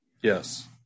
yes